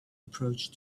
approach